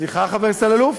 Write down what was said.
סליחה, חבר הכנסת אלאלוף?